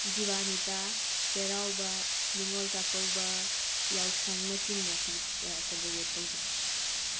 ꯖꯤꯕꯥꯅꯤꯇꯥ ꯆꯩꯔꯥꯎꯕ ꯅꯤꯡꯉꯣꯜ ꯆꯥꯛꯀꯧꯕ ꯌꯥꯎꯁꯪꯅꯆꯤꯡꯕꯁꯤ ꯁꯦꯂꯦꯕ꯭ꯔꯦꯠ ꯇꯧꯖꯩ